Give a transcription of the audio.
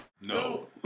No